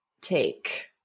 take